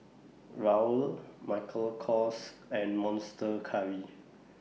Raoul Michael Kors and Monster Curry